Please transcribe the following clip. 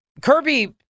Kirby